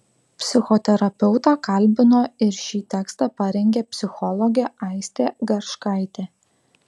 psichoterapeutą kalbino ir šį tekstą parengė psichologė aistė garškaitė